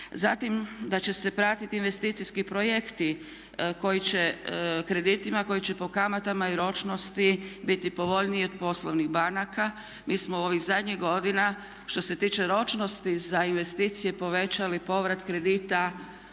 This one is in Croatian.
Zatim da će se pratiti investicijski projekti koji će kreditima koji će po kamatama i ročnosti biti povoljniji od poslovnih banaka, mi smo u ovih zadnjih godina što se tiče ročnosti za investicije povećali povrat kredita